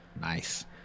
Nice